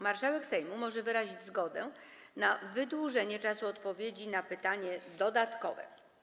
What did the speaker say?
Marszałek Sejmu może wyrazić zgodę na wydłużenie czasu odpowiedzi na pytanie dodatkowe.